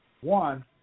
one